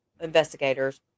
investigators